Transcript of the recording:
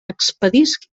expedisc